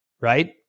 right